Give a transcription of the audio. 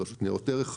רשות לניירות ערך.